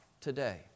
today